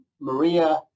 Maria